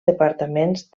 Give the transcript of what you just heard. departaments